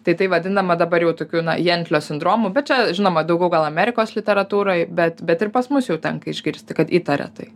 tai tai vadinama dabar jau tokiu na jentlio sindromu bet čia žinoma daugiau gal amerikos literatūroj bet bet ir pas mus jau tenka išgirsti kad įtaria tai